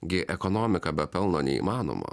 gi ekonomika be pelno neįmanoma